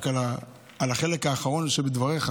רק על החלק האחרון בדבריך,